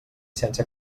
sense